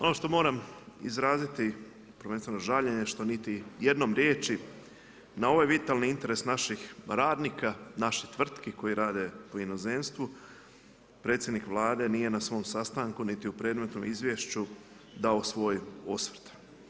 Ono što moram izraziti prvenstveno žaljenje što niti jednom riječi na ovaj vitalni interes naših radnika, naših tvrtki koje rade po inozemstvu predsjednik Vlade nije na svom sastanku niti u predmetnom izvješću dao svoj osvrt.